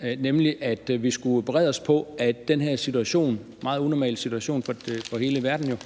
som om vi skulle berede os på, at den her meget unormale situation for hele verden